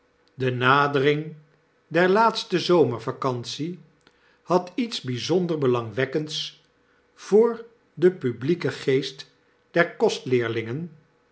de nadering der laatste zomervacantie hadiets byzonder belangwekkends voor den publieken geest der kostleerlingen